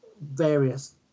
various